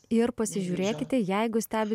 ir pasižiūrėkite jeigu stebi